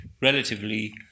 relatively